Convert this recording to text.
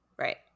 Right